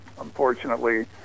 unfortunately